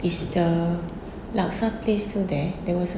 is the laksa place still there there was a